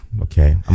Okay